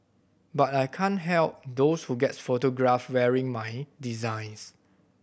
but I can't help those who gets photographed wearing my designs